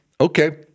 okay